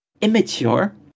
immature